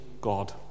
God